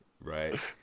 Right